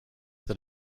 that